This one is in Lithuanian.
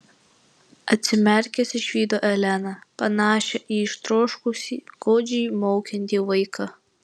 atsimerkęs išvydo eleną panašią į ištroškusį godžiai maukiantį vaiką